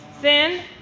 Sin